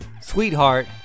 Sweetheart